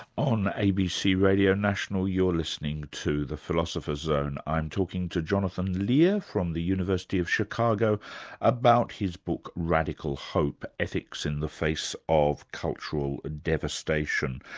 on abc radio national, you're listening to the philosopher's zone. i'm talking to jonathan lear from the university of chicago about his book, radical hope ethics in the face of cultural devastation.